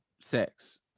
sex